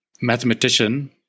mathematician